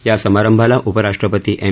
या समारंभाला उपराष्ट्रपती एम